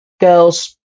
girls